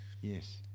yes